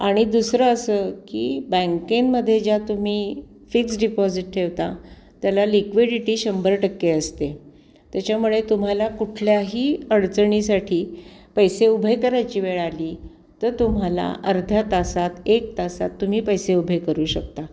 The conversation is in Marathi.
आणि दुसरं असं की बँकेमध्ये ज्या तुम्ही फिक्स्ड डिपॉझिट ठेवता त्याला लिक्विडिटी शंभर टक्के असते त्याच्यामुळे तुम्हाला कुठल्याही अडचणीसाठी पैसे उभे करायची वेळ आली तर तुम्हाला अर्ध्या तासात एक तासात तुम्ही पैसे उभे करू शकता